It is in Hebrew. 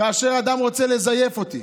כאשר אדם רוצה לזייף אותי,